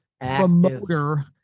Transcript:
promoter